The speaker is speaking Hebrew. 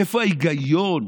איפה ההיגיון,